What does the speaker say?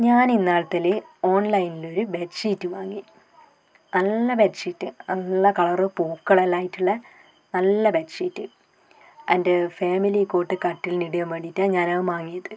ഞാൻ ഇന്നാളത്തേൽ ഓൺലൈനിൽ ഒരു ബെഡ്ഷീറ്റ് വാങ്ങി നല്ല ബെഡ്ഷീറ്റ് നല്ല കളറും പൂക്കളെല്ലാം ആയിട്ടുള്ള നല്ല ബെഡ്ഷീറ്റ് എൻ്റെ ഫാമിലി കോട്ട് കട്ടിലിന് ഇടാൻ വേണ്ടിയിട്ടാണ് ഞാനത് വാങ്ങിയത്